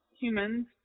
humans